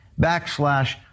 backslash